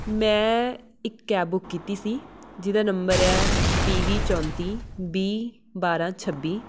ਮੈਂ ਇੱਕ cab book ਕੀਤੀ ਸੀ ਜਿਹਦਾ ਨੰਬਰ ਹੈ ਪੀ ਵੀ ਚੌਂਤੀ ਬੀ ਬਾਰ੍ਹਾਂ ਛੱਬੀ